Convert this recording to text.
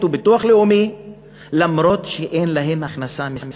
וביטוח לאומי למרות שאין להן הכנסה משכר,